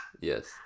yes